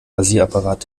rasierapparat